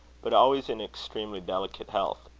but always in extremely delicate health.